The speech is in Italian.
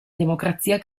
democrazia